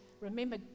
Remember